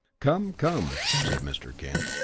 come, come, said mr. kent.